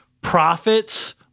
profits